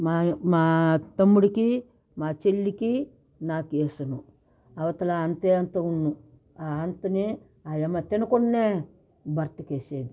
మా మా తమ్ముడికి మా చెల్లికీ నాకు వేసెను అవతల అంతే అంత ఉన్ను అంతనే ఆయమ్మ తినకుండనే భర్తకు వేసేది